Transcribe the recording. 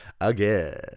Again